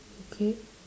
okay